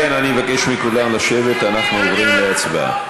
אם כן, אני מבקש מכולם לשבת, אנחנו עוברים להצבעה.